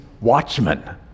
watchmen